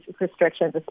restrictions